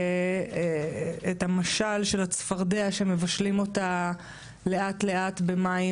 את המשל של הצפרדע שמבשלים אותה לאט לאט במים